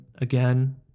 again